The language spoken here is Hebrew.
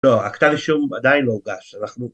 ‫לא, הכתב אישום עדיין לא הוגש, ‫אנחנו...